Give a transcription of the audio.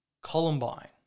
Columbine